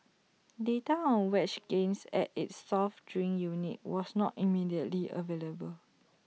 data on wage gains at its soft drink unit was not immediately available